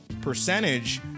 percentage